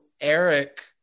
Eric